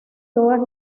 todas